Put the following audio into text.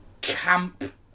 camp